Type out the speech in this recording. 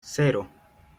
cero